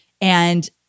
and-